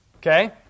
Okay